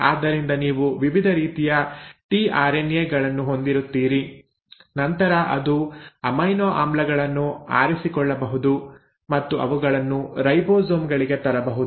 ಆದ್ದರಿಂದ ನೀವು ವಿವಿಧ ರೀತಿಯ ಟಿಆರ್ಎನ್ಎ ಗಳನ್ನು ಹೊಂದಿರುತ್ತೀರಿ ನಂತರ ಅದು ಅಮೈನೋ ಆಮ್ಲಗಳನ್ನು ಆರಿಸಿಕೊಳ್ಳಬಹುದು ಮತ್ತು ಅವುಗಳನ್ನು ರೈಬೋಸೋಮ್ ಗಳಿಗೆ ತರಬಹುದು